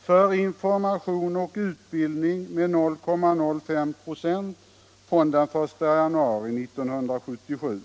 för information och utbildning med 0,05 "+ från den 1 januari 1977.